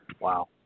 Wow